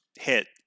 hit